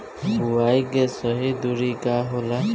बुआई के सही दूरी का होला?